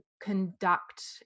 conduct